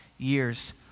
years